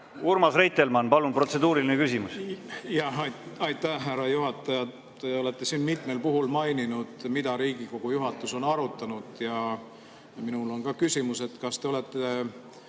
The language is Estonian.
ka. Urmas Reitelmann, palun! Protseduuriline küsimus.